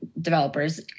developers